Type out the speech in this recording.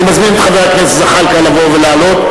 אני מזמין את חבר הכנסת ג'מאל זחאלקה לבוא ולעלות.